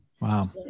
Wow